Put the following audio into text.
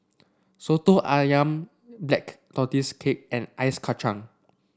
Soto ayam Black Tortoise Cake and Ice Kachang